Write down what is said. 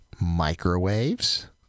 microwaves